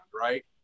right